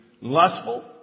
lustful